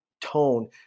tone